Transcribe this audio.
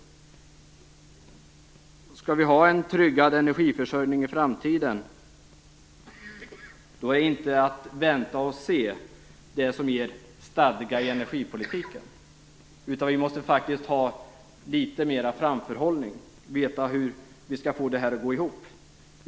Om vi skall ha en tryggad ersättning i framtiden är inte "vänta och se" det som ger stadga i energipolitiken, utan vi måste ha litet mera framförhållning, veta hur vi skall få det att gå ihop.